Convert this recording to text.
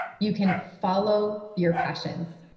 you can follow your passions.